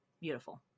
beautiful